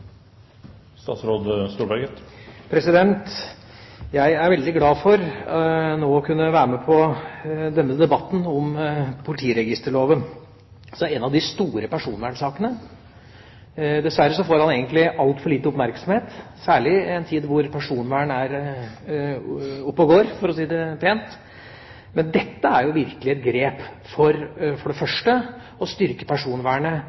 Jeg er veldig glad for å kunne være med på denne debatten om politiregisterloven, som er en av de store personvernsakene. Dessverre får den egentlig altfor lite oppmerksomhet, særlig i en tid hvor personvern er oppe og går, for å si det pent. Men dette er jo virkelig et grep for det første for å styrke personvernet